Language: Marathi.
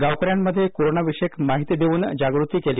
गावकऱ्यांमध्ये कोरोनाविषयक माहिती देऊन जागृती केली